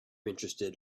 interested